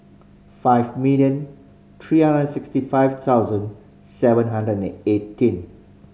five million three hundred sixty five thousand seven hundred and eighteen